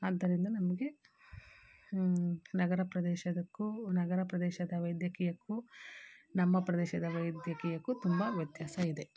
ಆದ್ದರಿಂದ ನಮಗೆ ನಗರ ಪ್ರದೇಶಕ್ಕೂ ನಗರ ಪ್ರದೇಶದ ವೈದ್ಯಕೀಯಕ್ಕೂ ನಮ್ಮ ಪ್ರದೇಶದ ವೈದ್ಯಕೀಯಕ್ಕೂ ತುಂಬ ವ್ಯತ್ಯಾಸ ಇದೆ